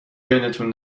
بینتون